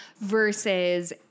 versus